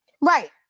Right